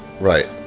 Right